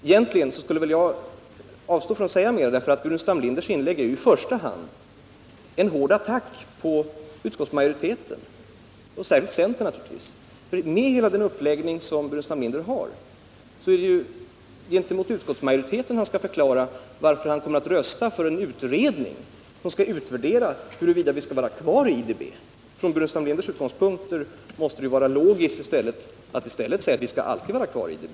Egentligen borde jag avstå från att säga mer, eftersom herr Burenstam Linders inlägg i första hand är en hård attack mot utskottsmajoriteten och särskilt mot centern. Med hela den uppläggning som herr Burenstam Linder har i detta ärende är det inför utskottsmajoriteten som han skall förklara, varför han kommer att rösta för en utredning, som skall utvärdera huruvida vi skall vara kvar i IDB. Från herr Burenstam Linders utgångspunkt borde det vara logiskt att i stället säga att vi alltid skall vara kvar i IDB.